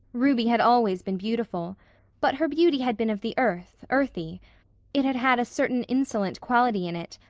ruby had always been beautiful but her beauty had been of the earth, earthy it had had a certain insolent quality in it,